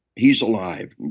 he's alive.